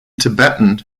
tibetan